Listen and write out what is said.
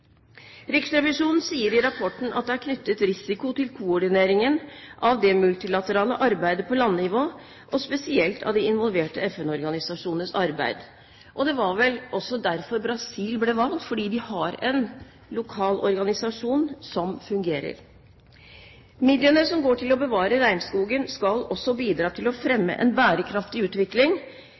Riksrevisjonen sier i rapporten at det er knyttet risiko til koordineringen av det multilaterale arbeidet på landnivå, og spesielt av de involverte FN-organisasjonenes arbeid. Det var vel også derfor Brasil ble valgt, fordi de har en lokal organisasjon som fungerer. Midlene som går til å bevare regnskogen, skal også bidra til å fremme en bærekraftig utvikling,